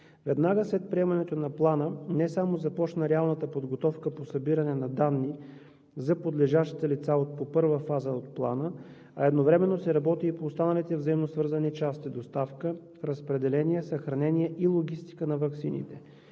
Веднага след приемането на Плана не само започна реалната подготовка по събиране на данни за подлежащите лица по първа фаза от Плана, а едновременно се работи и по останалите взаимосвързани части – доставка, разпределение, съхранение и логистика на ваксините,